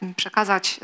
przekazać